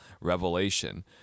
revelation